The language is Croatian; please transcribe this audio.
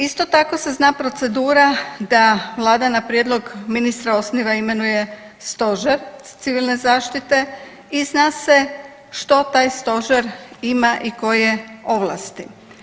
Isto tako se zna procedura da Vlada na prijedlog ministra osniva i imenuje Stožer civilne zaštite i zna se što taj Stožer ima i koje ovlasti.